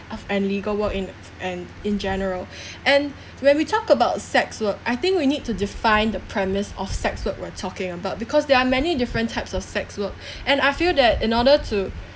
legal work in and in general and when we talk about sex work I think we need to define the premise of sex work we're talking about because there are many different types of sex work and I feel that in order to